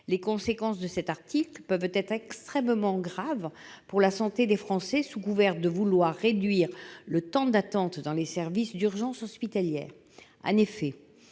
Les conséquences de cet article peuvent être extrêmement graves pour la santé des Français, sous couvert de vouloir réduire le temps d'attente dans les services d'urgences hospitalières.